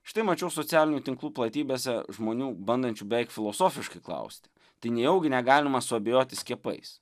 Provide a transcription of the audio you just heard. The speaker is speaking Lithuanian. štai mačiau socialinių tinklų platybėse žmonių bandančių beveik filosofiškai klausti tai nejaugi negalima suabejoti skiepais